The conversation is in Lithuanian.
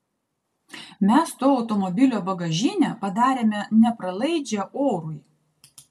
mes to automobilio bagažinę padarėme nepralaidžią orui